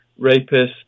rapists